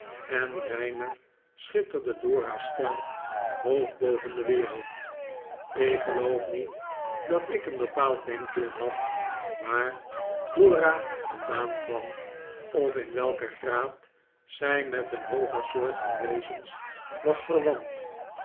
en reiner schitterde dora's ster hoog boven de wereld ik geloof niet dat ik een bepaald denkbeeld had waar dora vandaan kwam of in welken graad zij met een hooger soort van wezens was verwant